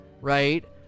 right